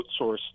outsourced